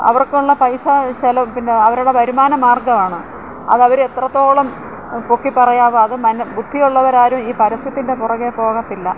അവർക്കുള്ള പൈസ ചില പിന്നെ അവരുടെ വരുമാന മാർഗ്ഗമാണ് അത് അവർ എത്രത്തോളം പൊക്കി പറയാവോ അത് നല്ല ബുദ്ധിയുള്ളവരാരും ഈ പരസ്യത്തിൻ്റെ പുറകെ പോകത്തില്ല